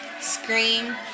Scream